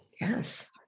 Yes